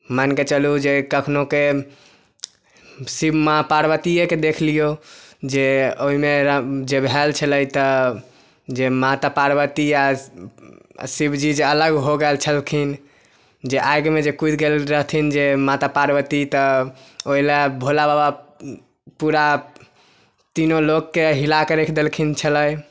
माइन के चलु जे कखनो के शिव माँ पार्वतीये के देख लियौ जे ओइमे जे भएल छलै तऽ जे माता पार्वती आ शिवजी जे अलग हो गएल छलखिन जे आइग मे जे कुइद गेल रहथिन जे माता पार्वती तऽ ओइला भोलाबाबा पुरा तीनो लोक के हिला के रैख देलखिन छलै